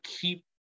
keep